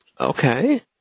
Okay